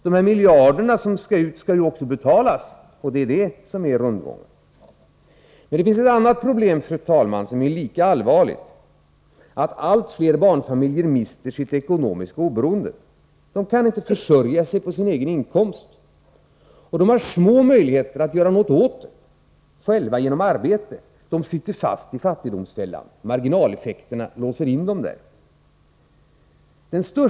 Dessa miljarder som skall ut skall också betalas, och det är detta som är rundgången. Men det finns ett annat problem, fru talman, som är lika allvarligt. Allt fler barnfamiljer mister sitt ekonomiska oberoende. De kan inte försörja sig på sin egen inkomst, och de har små möjligheter att göra något åt det själva genom arbete. De sitter fast i fattigdomsfällan. Marginaleffekterna låser in dem där.